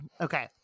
okay